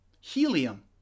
Helium